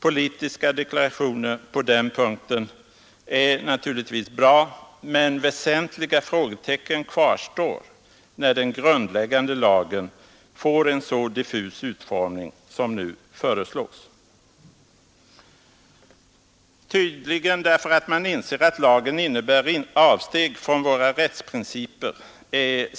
Politiska deklarationer på den punkten är naturligtvis bra, men väsentliga frågetecken kvarstår när den grundläggande lagen får en så diffus utformning som här föreslås.